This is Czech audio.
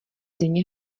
denně